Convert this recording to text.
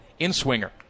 inswinger